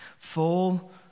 full